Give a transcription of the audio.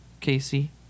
Casey